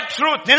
truth